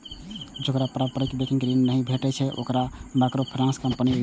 जेकरा पारंपरिक बैंकिंग सं ऋण नहि भेटै छै, ओकरा माइक्रोफाइनेंस कंपनी ऋण दै छै